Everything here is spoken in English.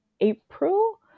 April